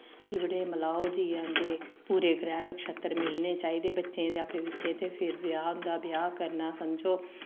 टिवड़े मलाओ जाइयै उं'दे पूरे ग्रैह् नक्षत्तर मिलने चाहिदे बच्चें दे आपूं बिच्चें ते फ्ही ब्याह् होंदा ब्याह् करना समझो